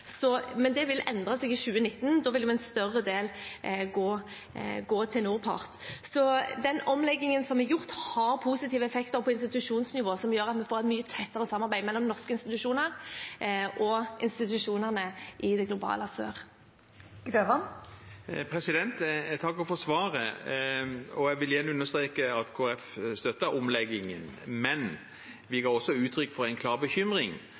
men det vil endre seg i 2019. Da vil en større del gå til NORPART. Så den omleggingen som er gjort, har positive effekter på institusjonsnivå, noe som gjør at vi får et mye tettere samarbeid mellom norske institusjoner og institusjonene i det globale sør. Jeg takker for svaret og vil igjen understreke at Kristelig Folkeparti støttet omleggingen, men vi ga også uttrykk for en klar bekymring